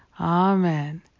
Amen